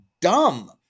dumb